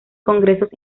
congresos